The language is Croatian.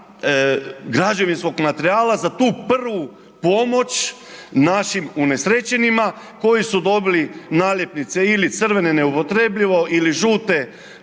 građevinskog materijala za tu prvu pomoć našim unesrećenima koji su dobili naljepnice ili crvene „neupotrebljivo“ ili žute